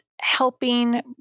helping